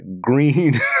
green